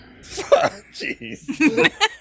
jeez